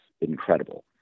incredible